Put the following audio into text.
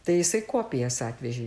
tai jisai kopijas atvežė